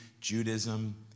Judaism